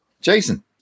Jason